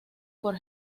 por